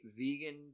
vegan